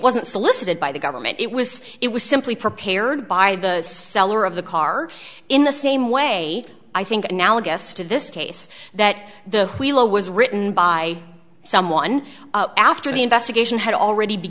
wasn't solicited by the government it was it was simply prepared by the seller of the car in the same way i think analogous to this case that the wheel was written by someone after the investigation had already be